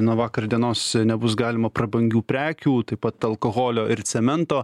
nuo vakar dienos nebus galima prabangių prekių taip pat alkoholio ir cemento